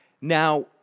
Now